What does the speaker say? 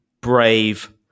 Brave